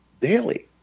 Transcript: daily